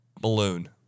balloon